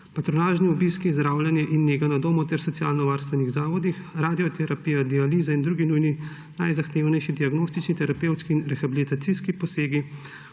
patronažne obiske, zdravljenje in nego na domu ter v socialnovarstvenih zavodih, radioterapijo, dializo in druge nujne najzahtevnejše diagnostične, terapevtske in rehabilitacijske posege,